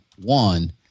One